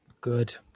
Good